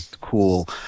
cool